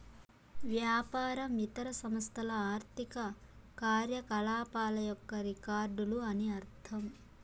వ్యాపారం ఇతర సంస్థల ఆర్థిక కార్యకలాపాల యొక్క రికార్డులు అని అర్థం